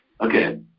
Okay